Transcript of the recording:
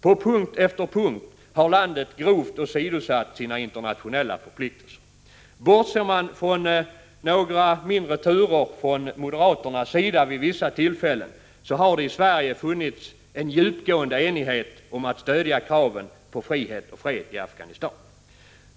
På punkt efter punkt har landet grovt åsidosatt sina internationella förpliktelser. Bortser man från några mindre turer från moderaternas sida, vid vissa tillfällen, har det i Sverige funnits en djupgående enighet om att stödja kraven på frihet och fred i Afghanistan.